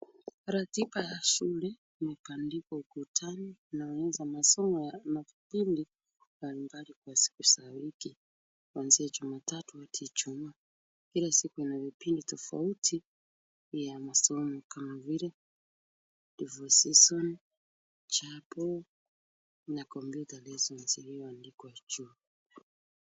Ratiba ya shule imebandikwa ukutani, inaonyesha masomo ya mafundi kukaa nyumbani kwa siku za wiki. Kuanzia Jumatatu hadi Juma, kila siku vina vipindi tofauti vya masomo kama vile , Divorce Season, Chapel na Computer Lessons iliyoandikwa juu.